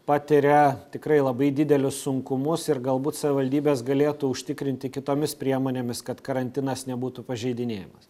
patiria tikrai labai didelius sunkumus ir galbūt savivaldybės galėtų užtikrinti kitomis priemonėmis kad karantinas nebūtų pažeidinėjamas